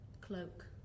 Cloak